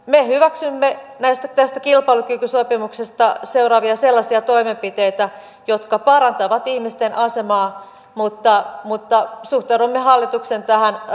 me hyväksymme kilpailukykysopimuksesta seuraavia sellaisia toimenpiteitä jotka parantavat ihmisten asemaa mutta mutta suhtaudumme hallituksen